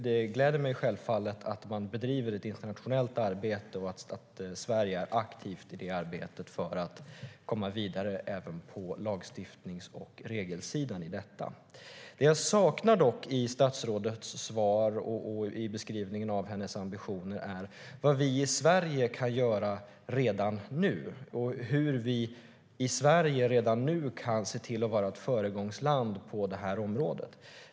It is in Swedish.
Det gläder mig självfallet att det bedrivs ett internationellt arbete och att Sverige är aktivt för att komma vidare även på lagstiftnings och regelsidan. Det jag dock saknar i statsrådets svar och i beskrivningen av hennes ambitioner är vad vi redan nu kan göra i Sverige och hur vi redan nu kan vara ett föregångsland på det här området.